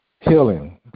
healing